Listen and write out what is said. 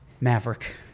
Maverick